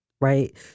Right